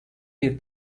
bir